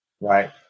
Right